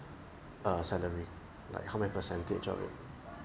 uh salary like how many percentage of it